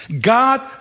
God